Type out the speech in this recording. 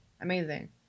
amazing